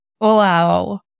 Wow